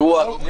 יואב קיש,